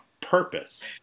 purpose